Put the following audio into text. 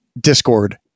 discord